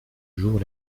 jour